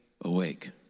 awake